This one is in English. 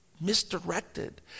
misdirected